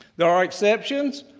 there are exceptions,